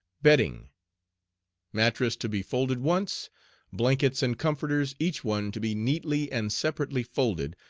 bedding mattress to be folded once blankets and comforters, each one to be neatly and separately folded,